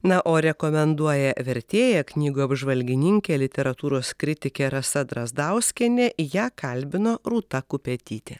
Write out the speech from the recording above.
na o rekomenduoja vertėja knygų apžvalgininkė literatūros kritikė rasa drazdauskienė ją kalbino rūta kupetytė